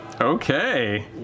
Okay